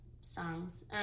songs